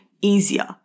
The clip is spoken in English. easier